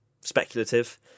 speculative